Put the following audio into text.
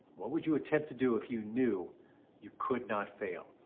what would you attempt to do if you knew you could not fail?